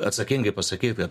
atsakingai pasakyt kad